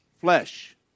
flesh